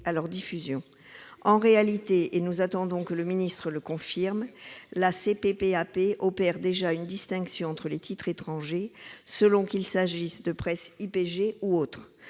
En réalité, et nous attendons que le ministre le confirme, la CPPAP opère déjà une distinction entre les titres étrangers selon qu'il s'agisse de presse IPG ou autres.